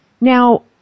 Now